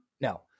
No